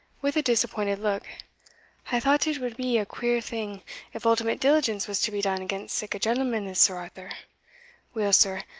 with a disappointed look i thought it would be a queer thing if ultimate diligence was to be done against sic a gentleman as sir arthur weel, sir,